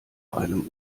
einem